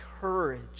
courage